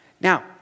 Now